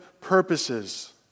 purposes